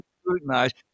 scrutinized